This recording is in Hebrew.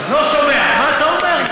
לא שומע, מה אתה אומר?